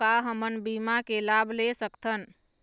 का हमन बीमा के लाभ ले सकथन?